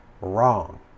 wrong